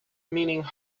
meaning